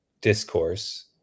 discourse